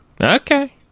Okay